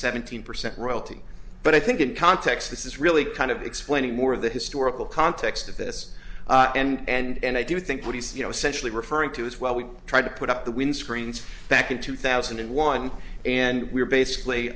seventeen percent royalty but i think in context this is really kind of explaining more of the historical context of this and i do think what he said you know essentially referring to his well we tried to put up the windscreens back in two thousand and one and we were basically